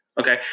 Okay